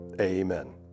Amen